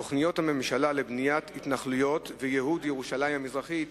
בנושא תוכניות הממשלה לבניית התנחלויות וייהוד ירושלים המזרחית,